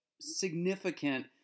significant